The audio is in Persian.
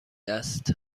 است